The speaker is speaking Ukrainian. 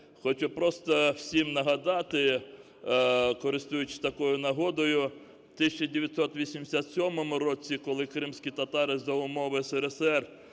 Хочу просто всім нагадати, користуючись такою нагодою, в 1987 році, коли кримські татари за умов СРСР